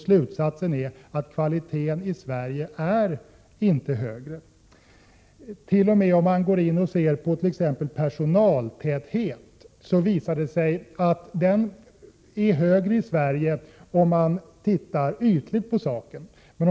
Slutsatsen är att kvaliteten i Sverige inte är högre. Inte ens personaltätheten visar sig vara högre i Sverige om man tittar noga på saken.